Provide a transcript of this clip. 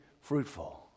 fruitful